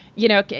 you know,